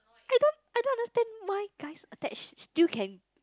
I don't I don't understand why guys attached still can